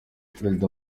perezida